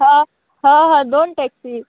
ह ह हय दोन टॅक्सी